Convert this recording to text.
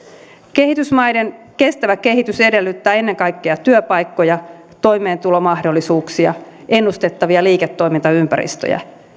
kehitysmaiden kestävä kehitys edellyttää ennen kaikkea työpaikkoja toimeentulomahdollisuuksia ennustettavia liiketoimintaympäristöjä